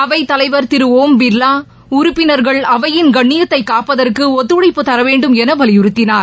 அவைத்தலைவர் திரு ஒம் பிர்லா உறுப்பினர்கள் அவையின் கண்ணியத்தை காப்பதற்கு ஒத்தழைப்பு தரவேண்டும் என வலியுறுத்தினார்